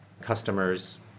customers